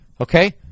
Okay